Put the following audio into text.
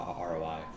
ROI